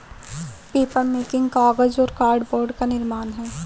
papermaking कागज और cardboard का निर्माण है